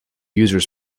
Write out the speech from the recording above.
users